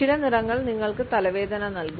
ചില നിറങ്ങൾ നിങ്ങൾക്ക് തലവേദന നൽകും